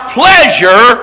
pleasure